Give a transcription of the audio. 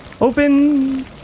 Open